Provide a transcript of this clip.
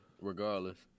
Regardless